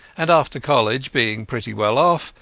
and after college, being pretty well off,